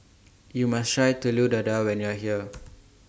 YOU must Try Telur Dadah when YOU Are here